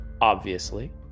Obviously